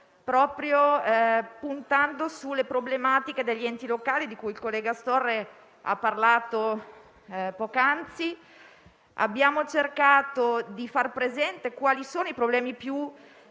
proprio puntando sulle problematiche degli enti locali di cui il senatore Astorre ha parlato poc'anzi. Abbiamo cercato di far presente quali sono i problemi più urgenti